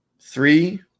three